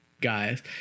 guys